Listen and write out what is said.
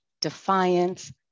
defiance